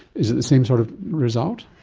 is it the same sort of result?